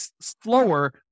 slower